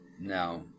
Now